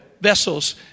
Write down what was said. vessels